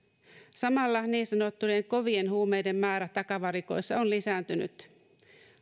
samalla niin sanottujen kovien huumeiden määrä takavarikoissa on lisääntynyt